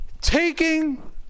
Taking